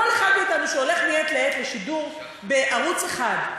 כל אחד מאתנו שהולך מעת לעת לשידור בערוץ 1,